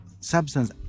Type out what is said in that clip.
substance